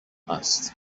است